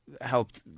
helped